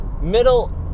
middle